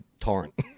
torrent